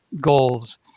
goals